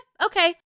okay